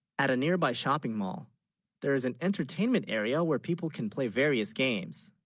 at a nearby shopping mall there is an entertainment area, where people can. play various games